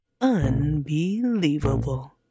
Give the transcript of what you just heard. Unbelievable